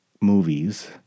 movies